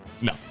No